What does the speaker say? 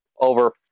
over